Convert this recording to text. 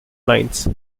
lines